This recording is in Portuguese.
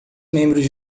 membros